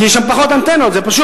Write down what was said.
כי יש שם פחות אנטנות, זה פשוט.